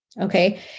Okay